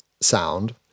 sound